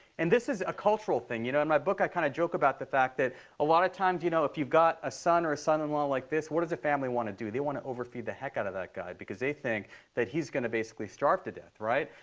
and this is a cultural thing, you know. in my book, i kind of joke about the fact that a lot of times you know if you've got a son or a son-in-law like this, what does the family want to do? they want to overfeed the heck out of that guy because they think that he's going to basically starve to death, right?